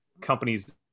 companies